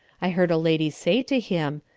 i heard a lady say to him,